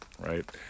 Right